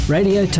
Radio